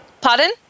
Pardon